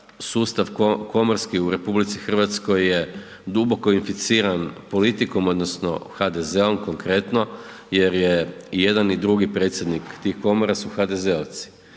sustav komorski u RH je duboko inficiran politikom odnosno HDZ-om konkretno, jer je jedan i drugi predsjednik tih komora su HDZ-ovci.